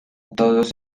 todos